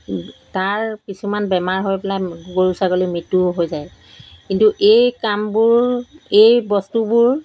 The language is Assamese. তাৰ কিছুমান বেমাৰ হৈ পেলাই গৰু ছাগলী মৃত্যু হৈ যায় কিন্তু এই কামবোৰ এই বস্তুবোৰ